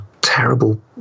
terrible